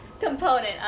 component